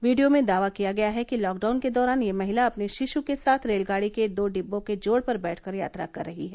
video में दावा किया गया है कि लॉकडाउन के दौरान यह महिला अपने शिशु के साथ रेलगाड़ी के दो डिब्बों के जोड़ पर बैठकर यात्रा कर रही है